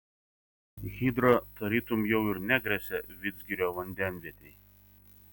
hidra tarytum jau ir negresia vidzgirio vandenvietei